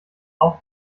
auch